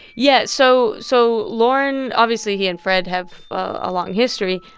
yeah, so so lorne obviously, he and fred have a long history,